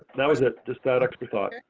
that was it just that extra thought.